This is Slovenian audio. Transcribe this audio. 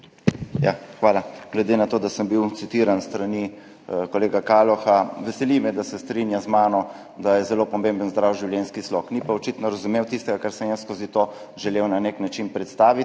Hvala. Glede na to, da sem bil citiran s strani kolega Kaloha. Veseli me, da se strinja z mano, da je zelo pomemben zdrav življenjski slog, ni pa očitno razumel tistega, kar sem jaz skozi to želel na nek način predstaviti,